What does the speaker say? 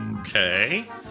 Okay